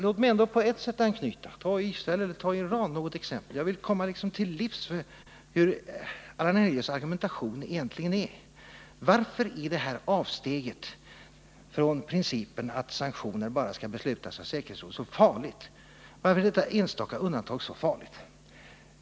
Låt mig ändå på ett sätt anknyta till Israel eller till Iran, för att ta ett exempel; jag vill nämligen komma Allan Hernelius argumentation till livs och visa hurdan den egentligen är. Varför är det här avsteget från principen att sanktioner bara skall beslutas av säkerhetsrådet så farligt. varför är detta enstaka undantag så riskabelt?